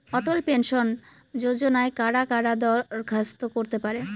অটল pension যোজনায় কারা কারা দরখাস্ত করতে পারে?